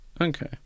Okay